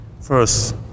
First